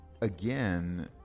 again